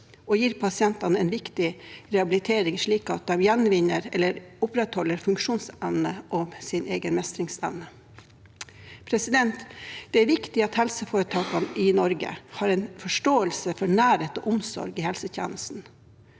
Det gir pasientene en viktig rehabilitering, slik at de gjenvinner eller opprettholder sin egen funksjonsevne og mestringsevne. Det er viktig at helseforetakene i Norge har en forståelse for nærhet og omsorg i helsetjenesten.